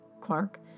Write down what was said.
Clark